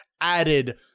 added